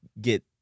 get